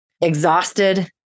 exhausted